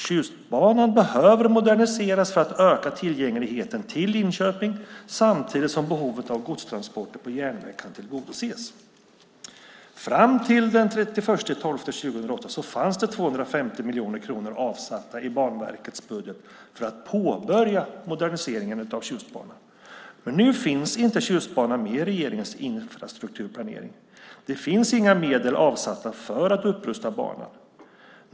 Tjustbanan behöver moderniseras för att öka tillgängligheten samtidigt som behovet av godstransporter på järnväg kan tillgodoses. Fram till den 31 december 2008 fanns det 250 miljoner kronor avsatta i Banverkets budget för att påbörja moderniseringen av Tjustbanan. Nu finns inte Tjustbanan med i regeringens infrastrukturplanering. Det finns inga medel avsatta för att upprusta banan.